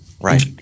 Right